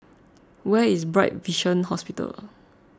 where is Bright Vision Hospital